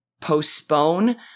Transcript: postpone